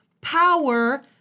power